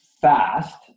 fast